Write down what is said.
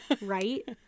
right